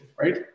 right